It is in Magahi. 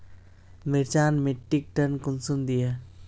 मिर्चान मिट्टीक टन कुंसम दिए?